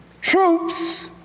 Troops